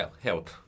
help